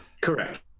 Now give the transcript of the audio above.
Correct